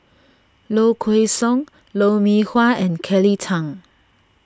Low Kway Song Lou Mee Wah and Kelly Tang